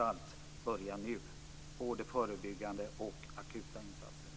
Vi måste arbeta förebyggande men även göra akuta insatser.